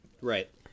Right